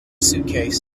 suitcase